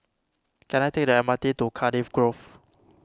can I take the M R T to Cardiff Grove